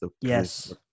Yes